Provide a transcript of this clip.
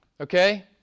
Okay